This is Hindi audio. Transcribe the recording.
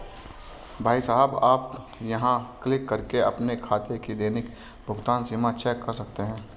भाई साहब आप यहाँ क्लिक करके अपने खाते की दैनिक भुगतान सीमा चेक कर सकते हैं